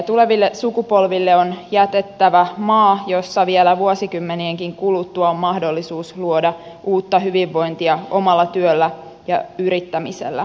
tuleville sukupolville on jätettävä maa jossa vielä vuosikymmenienkin kuluttua on mahdollisuus luoda uutta hyvinvointia omalla työllä ja yrittämisellä